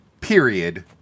period